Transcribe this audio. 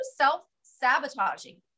self-sabotaging